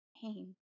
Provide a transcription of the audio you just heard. pain